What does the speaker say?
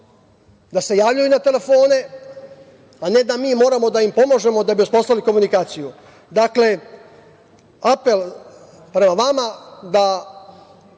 da se javljaju na telefone, a ne da mi moramo da im pomažemo da bi uspostavili komunikaciju. Dakle, apel prema vama, da